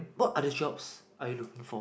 what other jobs are you looking for